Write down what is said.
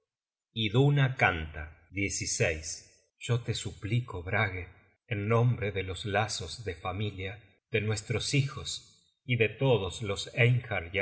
iduna canta yo te suplico brage en nombre de los lazos de familia de nuestros hijos y de todos los